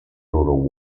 loro